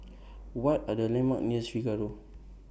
What Are The landmarks nears Figaro